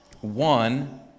One